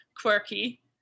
quirky